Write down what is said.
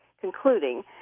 concluding